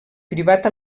privat